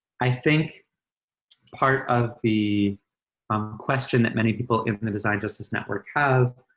i think part of the um question that many people in the design justice network have